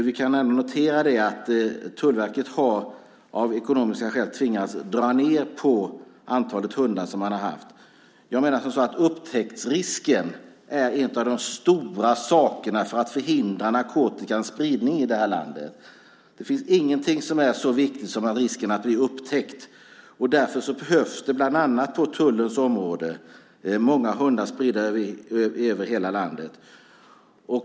Vi kan notera att Tullverket av ekonomiska skäl har tvingats dra ned på det antal hundar som man har haft. Jag menar att upptäcktsrisken är en av de stora sakerna för att förhindra narkotikans spridning i det här landet. Det finns ingenting som är så viktigt som risken att bli upptäckt. Därför behövs det bland annat på tullens område många hundar spridda över hela landet.